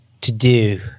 to-do